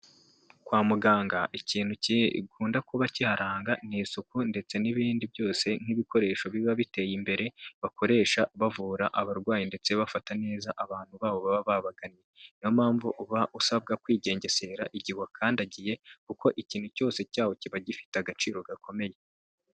Kwa muganga ikintu gikunda kuba cyiharanga ni isuku ndetse n'ibindi byose nk'ibikoresho biba biteye imbere bakoresha bavura abarwayi ndetse bafata neza abantu babo baba babagannye, niyo mpamvu uba usabwa kwigengesera igihe uhakandagiye kuko ikintu cyose cyaho kiba gifite agaciro gakomeye.